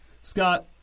Scott